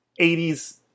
80s